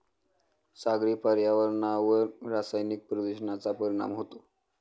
सागरी पर्यावरणावर रासायनिक प्रदूषणाचा परिणाम होतो